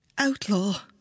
Outlaw